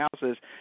houses